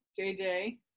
JJ